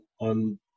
on